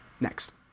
Next